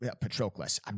Patroclus